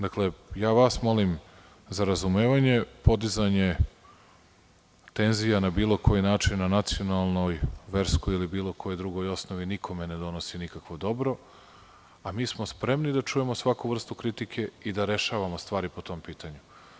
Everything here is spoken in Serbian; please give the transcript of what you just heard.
Dakle, ja vas molim za razumevanje, podizanje penzija na bilo koji način, na nacionalnoj, verskoj ili bilo kojoj drugoj osnovi nikome ne donosi nikakvo dobro, a mi smo spremni da čujemo svaku vrstu kritike i da rešavamo stvari po tom pitanju.